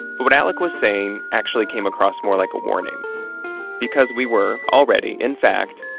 but what alec was saying actually came across more like a warning because we were already, in fact,